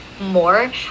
more